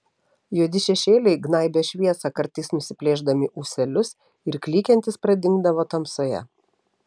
juodi šešėliai gnaibė šviesą kartais nusiplėšdami ūselius ir klykiantys pradingdavo tamsoje